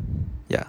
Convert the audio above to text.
ya